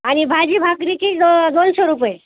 आनि भाजी भाकरीची द दोनशे रुपये